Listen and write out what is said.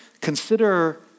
Consider